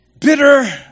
bitter